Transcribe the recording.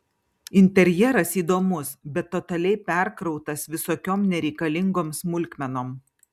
interjeras įdomus bet totaliai perkrautas visokiom nereikalingom smulkmenom